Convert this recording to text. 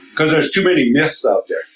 because there's too many myths out there.